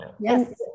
Yes